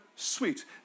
sweet